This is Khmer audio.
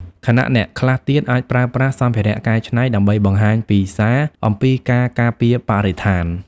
ខណៈអ្នកខ្លះទៀតអាចប្រើប្រាស់សម្ភារៈកែច្នៃដើម្បីបង្ហាញពីសារអំពីការការពារបរិស្ថាន។